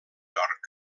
york